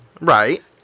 right